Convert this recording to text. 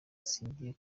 singiye